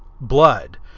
blood